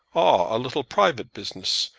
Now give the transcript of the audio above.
ah a little private business.